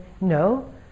No